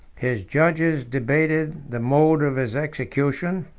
his judges debated the mode of his execution,